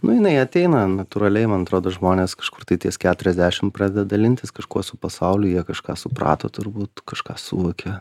nu jinai ateina natūraliai man atrodo žmonės kažkur ties keturiasdešim pradeda dalintis kažkuo su pasauliu jie kažką suprato turbūt kažką suvokė